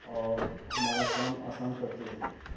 और हमारा काम आसान करती हैं